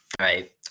Right